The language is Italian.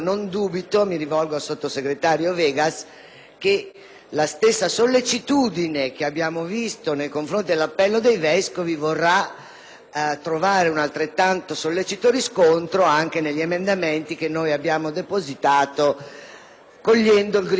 la stessa sollecitudine che abbiamo visto nei confronti dell'appello dei vescovi vorrà trovare un altrettanto sollecito riscontro anche negli emendamenti che abbiamo depositato, cogliendo il grido di dolore della scuola pubblica.